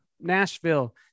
Nashville